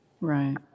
right